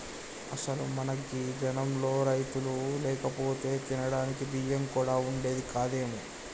అసలు మన గీ జనంలో రైతులు లేకపోతే తినడానికి బియ్యం కూడా వుండేది కాదేమో